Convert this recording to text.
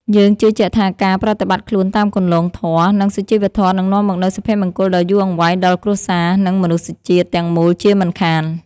យើងជឿជាក់ថាការប្រតិបត្តិខ្លួនតាមគន្លងធម៌ និង សុជីវធម៌នឹងនាំមកនូវសុភមង្គលដ៏យូរអង្វែងដល់គ្រួសារ និង មនុស្សជាតិទាំងមូលជាមិនខាន។